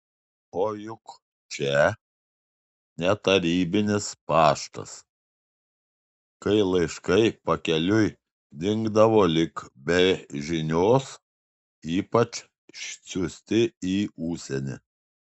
o juk čia ne tarybinis paštas kai laiškai pakeliui dingdavo lyg be žinios ypač siųsti į užsienį